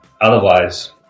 Otherwise